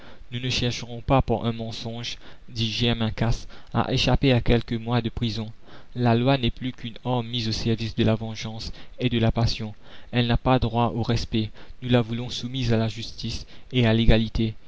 nous ne chercherons pas par un mensonge dit germain casse à échapper à quelques mois de prison la loi n'est plus qu'une arme mise au service de la vengeance et de la passion elle n'a pas droit au respect nous la voulons soumise à la justice et à l'égalité